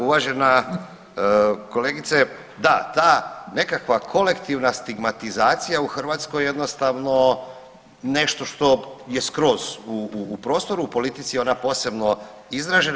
Uvažena kolegice, da ta nekakva kolektivna stigmatizacija u Hrvatskoj jednostavno nešto što je skroz u prostoru u politici ona posebno izražena.